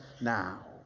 now